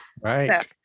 right